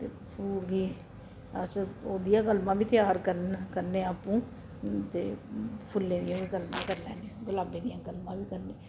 ओह् बी अस उं'दियां कलमां बी त्यार करने करने आपूं ते फुल्लें दियां बी कर करने गलाबें दियां कलमां बी करने